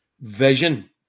vision